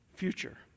future